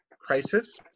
crisis